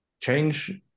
change